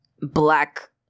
black